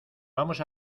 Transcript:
vamos